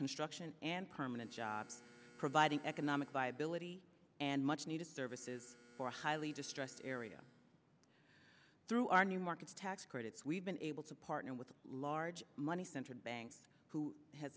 construction and permanent jobs providing economic viability and much needed services for a highly distressed area through our new markets tax credits we've been able to partner with a large money centered bank who has